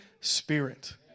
Spirit